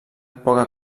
poca